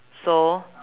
so